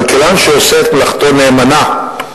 כלכלן שעושה את מלאכתו נאמנה,